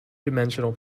dimensional